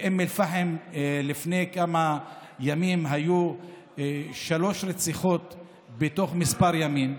באום אל-פחם לפני כמה ימים היו שלוש רציחות בתוך כמה ימים.